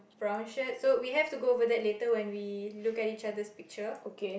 brown shirt so we have to go over that later when we look at each other's picture